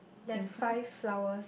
there's five flower